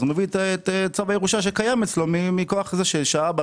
הוא מביא את צו הירושה שקיים אצלו מכוח זה שהאבא,